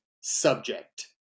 subject